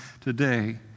today